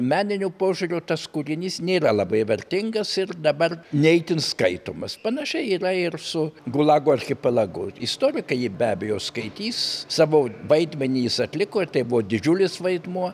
meniniu požiūriu tas kūrinys nėra labai vertingas ir dabar ne itin skaitomas panašiai yra ir su gulago archipelagu istorikai jį be abejo skaitys savo vaidmenį jis atliko tai buvo didžiulis vaidmuo